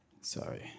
Sorry